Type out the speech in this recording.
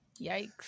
yikes